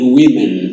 women